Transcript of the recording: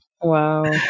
Wow